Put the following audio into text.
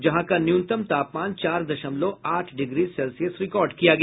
जहां का न्यूनतम तापमान चार दशमलव आठ डिग्री सेल्सियस रिकॉर्ड किया गया